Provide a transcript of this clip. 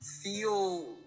feel